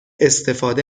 استفاده